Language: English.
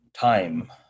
time